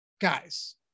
guys